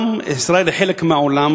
גם ישראל היא חלק מהעולם,